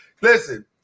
Listen